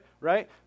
right